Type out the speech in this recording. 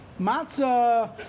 matzah